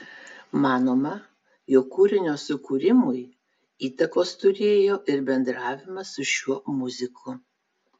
manoma jog kūrinio sukūrimui įtakos turėjo ir bendravimas su šiuo muziku